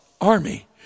army